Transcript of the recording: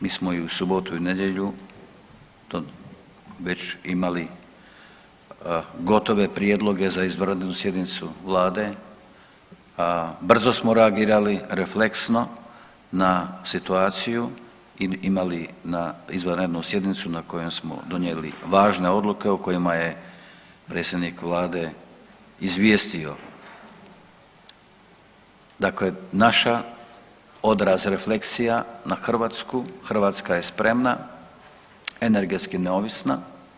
Mi smo i u subotu i nedjelju to već imali gotove prijedloge za izvanrednu sjednicu vlade, brzo smo reagirali i refleksno na situaciju i imali izvanrednu sjednicu na kojoj smo donijeli važne odluke o kojima je predsjednik vlade izvijestio, dakle naša odraz refleksija na Hrvatsku, Hrvatska je spremna, energetski neovisna.